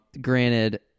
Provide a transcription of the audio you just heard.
granted